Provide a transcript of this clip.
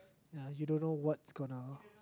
ya you don't know what's gonna